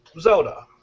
Zelda